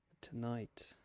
tonight